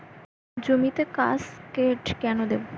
জমিতে কাসকেড কেন দেবো?